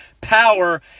power